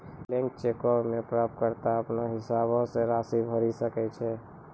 blank चेको मे प्राप्तकर्ता अपनो हिसाबो से राशि भरि सकै छै